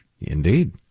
Indeed